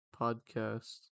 podcast